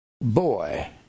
Boy